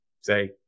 say